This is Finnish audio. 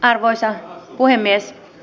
arvoisa puhemies